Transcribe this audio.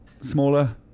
Smaller